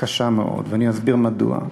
קשה מאוד, ואני אסביר מדוע.